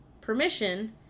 permission